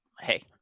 hey